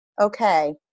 okay